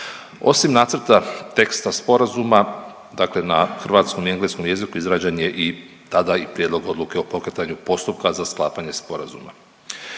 Osim nacrta teksta Sporazuma, dakle na hrvatskom i engleskom jeziku izrađen je i tada i prijedlog Odluke o pokretanju postupka za sklapanje sporazuma.